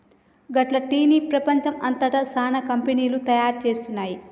గట్ల టీ ని పెపంచం అంతట సానా కంపెనీలు తయారు చేస్తున్నాయి